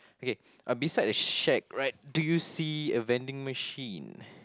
okay uh beside the shack right do you see a vending machine